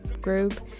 group